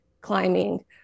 climbing